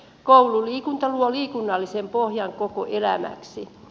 koululiikunta luo liikunnallisen pohjan koko elämäksi